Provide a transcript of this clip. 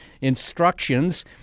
instructions